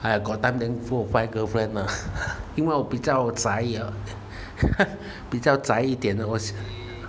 !aiya! got time then go find girlfriend lah 因为我比较宅 比较宅一点